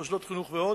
מוסדות חינוך ועוד.